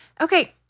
Okay